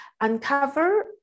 Uncover